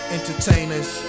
Entertainers